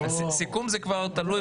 סיכום זה כבר תלוי